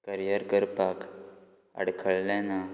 career करपाक अडखळ्ळें ना